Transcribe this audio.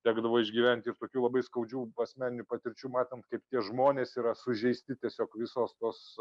tekdavo išgyventi ir tokių labai skaudžių asmeninių patirčių matant kaip tie žmonės yra sužeisti tiesiog visos tos